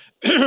okay